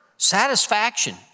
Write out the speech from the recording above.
satisfaction